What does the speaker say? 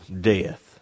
death